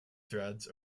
threads